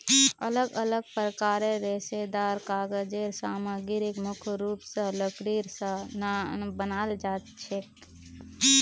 अलग अलग प्रकारेर रेशेदार कागज़ेर सामग्री मुख्य रूप स लकड़ी स बनाल जाछेक